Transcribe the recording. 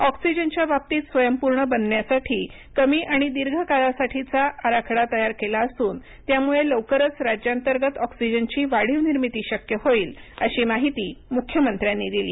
ऑक्सिजनच्या बाबतीत स्वयंपूर्ण बनण्यासाठी कमी आणि दीर्घ कालासाठीचा आराखडा तयार केला असून त्यामुळे लवकरच राज्यांतर्गत ऑक्सिजनची वाढीव निर्मिती शक्य होईलअशी माहिती मुख्यमंत्र्यांनी दिली